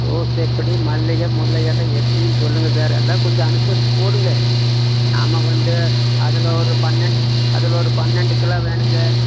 rose எப்படி மல்லிகை முல்லை எல்லாம் எப்படின் சொல்லுங்கள் சார் எல்லாம் கொஞ்சம் அனுசரித்து போடுங்கள் நாம் வந்து அதில் ஒரு பன்னெண்டு அதில் ஒரு பன்னெண்டு கிலோ வேணுங்க